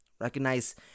recognize